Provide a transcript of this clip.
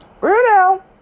Bruno